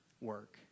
work